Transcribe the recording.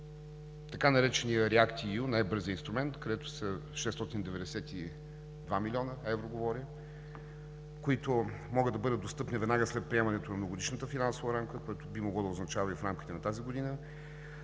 така нареченият React-EU – най-бързият инструмент, където са 692 млн. евро. Те могат да бъдат достъпни веднага след приемането на годишната финансова рамка, което би могло да означава и в рамките на тази година;